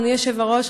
אדוני היושב-ראש,